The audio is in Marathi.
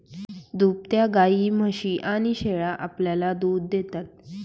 दुभत्या गायी, म्हशी आणि शेळ्या आपल्याला दूध देतात